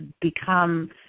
become